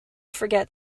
forget